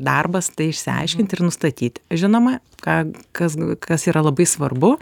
darbas tai išsiaiškinti ir nustatyti žinoma ką kas kas yra labai svarbu